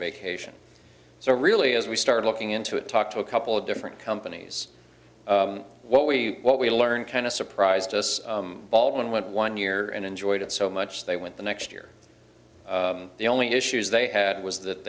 vacation so really as we started looking into it talked to a couple of different companies what we what we learned kind of surprised us all and went one year and enjoyed it so much they went the next year the only issues they had was that